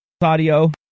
Audio